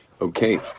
Okay